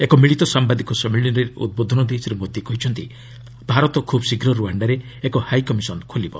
ଏକ ମିଳିତ ସାମ୍ଘାଦିକ ସମ୍ମିଳନୀରେ ଉଦ୍ବୋଧନ ଦେଇ ଶ୍ରୀ ମୋଦି କହିଛନ୍ତି ଭାରତ ଖୁବ୍ଶୀଘ୍ର ରୁଆଣ୍ଡାରେ ଏକ ହାଇକମିଶନ ଖୋଲିବ